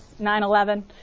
9-11